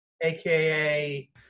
AKA